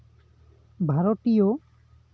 ᱵᱷᱟᱨᱚᱛᱤᱭᱟᱹ